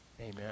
Amen